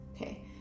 okay